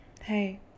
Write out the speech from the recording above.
Hey